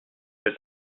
que